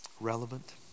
relevant